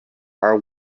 are